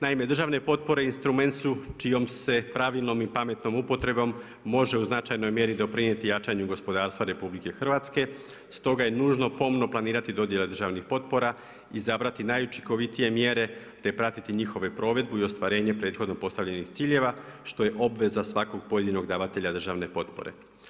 Naime, državne potpore instrument su čijom se pravilnom i pametnom upotrebom može u značajnoj mjeri doprinijeti jačanju gospodarstva RH, stoga je nužno pomno planirati dodjele državnih potpora, izabrati najučinkovitije mjere te pratiti njihovu provedbu i ostvarenje prethodno postavljenih ciljeva što je obveza svakog pojedinog davatelja državne potpore.